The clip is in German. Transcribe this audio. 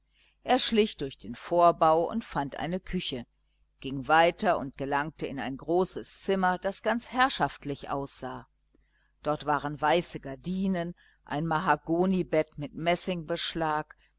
er schlich durch den vorbau und fand eine küche ging weiter und gelangte in ein großes zimmer das ganz herrschaftlich aussah dort waren weiße gardinen ein mahagonibett mit